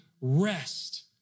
rest